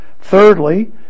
thirdly